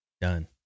Done